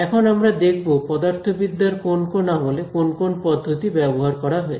এখন আমরা দেখব পদার্থবিদ্যার কোন কোন আমলে কোন কোন পদ্ধতি ব্যবহার করা হয়েছে